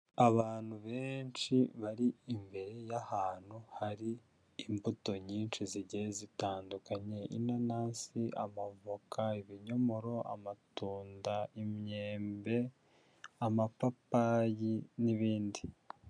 Abantu benshi bari imbere y'ahantu hari imbuto nyinshi zigiye zitandukanye, inanasi, amavoka, ibinyomoro, amatunda, imyembe, amapapayi n'ibindi.